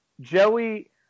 Joey